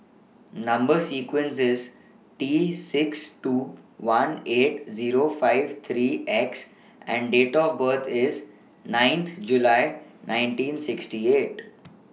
Number sequence IS T six two one eight Zero five three X and Date of birth IS ninth July nineteen sixty eight